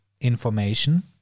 information